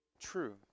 true